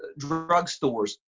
drugstores